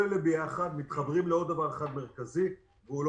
כל אלה ביחד מתחברים לעוד דבר אחד מרכזי שהוא לא